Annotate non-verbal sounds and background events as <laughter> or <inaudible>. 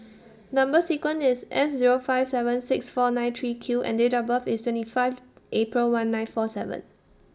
<noise> Number sequence IS S Zero five seven six four nine three Q and Date of birth IS twenty five April one nine four seven